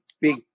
big